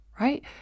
right